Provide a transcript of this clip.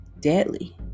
deadly